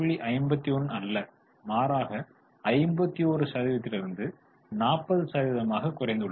51 அல்ல மாறாக 51 சதவீதத்தில் இருந்து 40 சதவீதமாக குறைந்துள்ளது